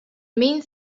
mean